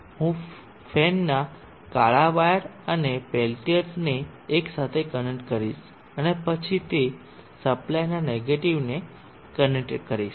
હું ફેનના કાળા વાયર અને પેલ્ટીર એલિમેન્ટને એક સાથે કનેક્ટ કરીશ અને પછી તે સપ્લાયના નેગેટીવને કનેક્ટ કરીશ